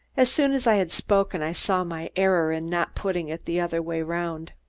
as soon as i had spoken i saw my error in not putting it the other way around.